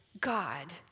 God